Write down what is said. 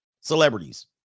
Celebrities